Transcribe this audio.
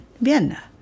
Vienna